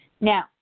Now